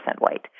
white